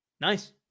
Nice